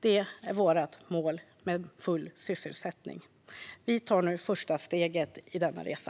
Det är vårt mål för full sysselsättning. Vi tar nu det första steget på denna resa.